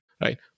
right